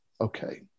okay